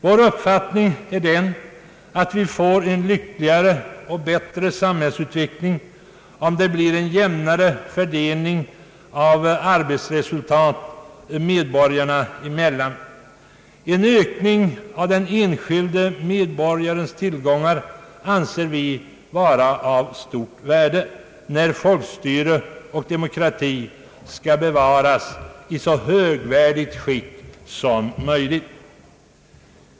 Vår uppfattning är den att vi får en lyckligare och bättre samhällsutveckling om det blir en jämnare fördelning av arbetsresultaten medborgarna emellan. En ökning av den enskilde medborgarens tillgångar anser vi vara av stort värde när folkstyre och demokrati skall bevaras i så högvärdigt skick som möj ligt.